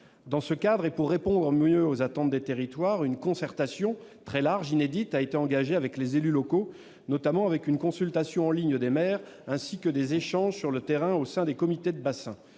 Dans ce cadre, et pour répondre au mieux aux attentes des territoires, une concertation très large et inédite a été engagée avec les élus locaux, notamment une consultation en ligne des maires et des échanges sur le terrain au sein des comités de bassin.